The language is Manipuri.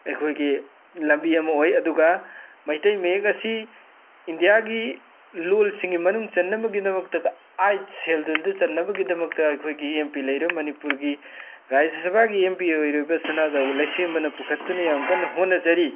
ꯑꯩꯈꯣꯏꯒꯤ ꯂꯝꯕꯤ ꯑꯃ ꯑꯣꯏ ꯑꯗꯨꯒ ꯃꯩꯇꯩ ꯃꯌꯦꯛ ꯑꯁꯤ ꯏꯟꯗ꯭ꯌꯥꯒꯤ ꯂꯣꯟꯁꯤꯡꯒꯤ ꯃꯅꯨꯡ ꯆꯟꯅꯕꯒꯤꯗꯃꯛꯇ ꯑꯥꯏꯠ ꯁꯦꯜꯗꯨꯜꯗ ꯆꯟꯅꯕꯒꯤꯗꯃꯛꯇ ꯑꯩꯈꯣꯏꯒꯤ ꯑꯦꯝ ꯄꯤ ꯂꯩꯔꯕ ꯃꯅꯤꯄꯨꯔꯒꯤ ꯔꯥꯖ ꯁꯕꯥꯒꯤ ꯑꯦꯝ ꯄꯤ ꯑꯣꯔꯤꯕ ꯁꯅꯥꯖꯥꯎꯕ ꯂꯩꯁꯦꯝꯕꯅ ꯄꯨꯈꯠꯇꯨꯅ ꯌꯥꯝ ꯀꯟꯅ ꯍꯣꯠꯅꯖꯔꯤ